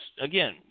again